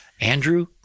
Andrew